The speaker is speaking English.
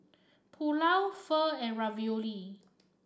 Pulao Pho and Ravioli